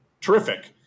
terrific